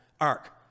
Ark